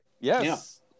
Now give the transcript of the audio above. Yes